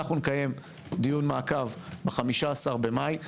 אנו נקיים דיון מעקב ב-15 במאי.